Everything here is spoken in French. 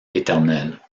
éternel